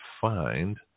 find